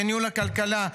בניהול הכלכלה.